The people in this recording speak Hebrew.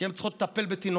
כי הן צריכות לטפל בתינוקות,